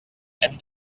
hem